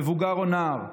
מבוגר או נער,